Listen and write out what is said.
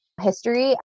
history